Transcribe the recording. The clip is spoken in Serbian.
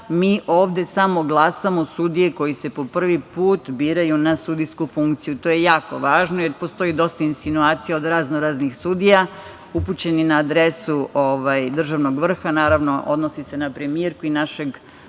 mi ovde samo glasamo sudije koje se prvi put biraju na sudijsku funkciju. To je jako važno, jer postoji dosta insinuacija od raznoraznih sudija upućenih na adresu državnog vrha, naravno, odnosi se na premijerku i našeg